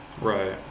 Right